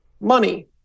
money